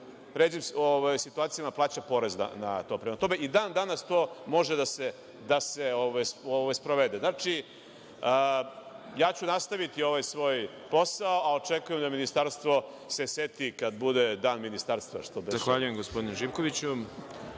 ređim situacijama plaća porez na to. Prema tome, i dan danas to može da se sprovede. Ja ću nastaviti ovaj svoj posao, a očekujem da ministarstvo se seti kada bude dan ministarstva. **Đorđe Milićević** Zahvaljujem, gospodine Živkoviću. Na